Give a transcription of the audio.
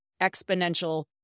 exponential